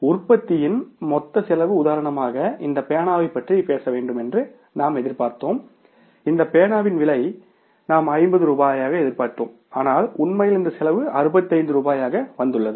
உற்பத்தியின் மொத்த செலவு உதாரணமாக இந்த பேனாவைப் பற்றி பேச வேண்டும் என்று நாம் எதிர்பார்த்தோம் இந்த பேனாவின் விலை நாம் ஐம்பது ரூபாயாக எதிர்பார்த்திருந்தோம் ஆனால் உண்மையில் இந்த செலவு அறுபத்தைந்து ரூபாயாக வந்துள்ளது